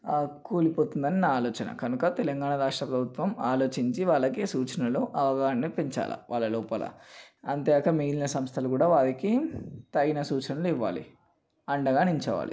కూలిపోతుందని నా ఆలోచన కనుక తెలంగాణ రాష్ట్ర ప్రభుత్వం ఆలోచించి వాళ్ళకి సూచనలు అవగాహనని పెంచాలా వాళ్ళ లోపల అంతేగాక మిగిలిన సంస్థలు కూడా వారికి తగిన సూచనలు ఇవ్వాలి అండగా నిలుచోవాలి